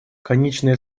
конечная